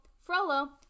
Frollo